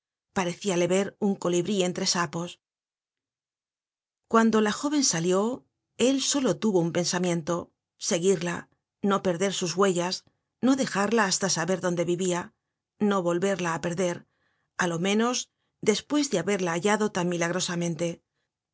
from google book search generated at cuando la jóven salió él solo tuvo un pensamiento seguirla no perder sus huellas no dejarla hasta saber dónde vivia no volverla á perder á lo menos despues de haberla hallado tan milagrosamente